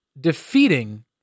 defeating